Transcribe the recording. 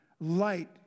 Light